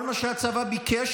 כל מה שהצבא ביקש,